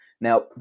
Now